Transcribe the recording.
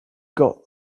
got